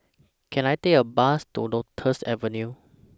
Can I Take A Bus to Lotus Avenue